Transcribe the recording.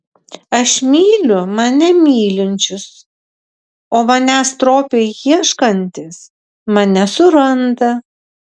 aš myliu mane mylinčius o manęs stropiai ieškantys mane suranda